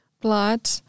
blood